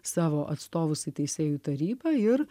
savo atstovus į teisėjų tarybą ir